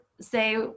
say